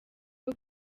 rwo